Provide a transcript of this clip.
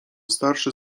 starsze